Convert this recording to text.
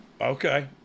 okay